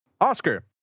Oscar